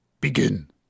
Begin